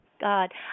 God